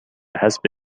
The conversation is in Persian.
حسب